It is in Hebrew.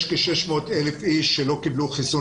יש כ-600 אלף אנשים שלא קיבלו חיסון